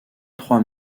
trois